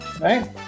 Right